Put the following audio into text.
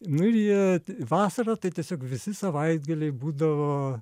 nu ir jie vasarą tai tiesiog visi savaitgaliai būdavo